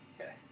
Okay